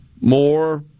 more